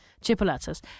Chipolatas